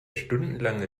stundenlange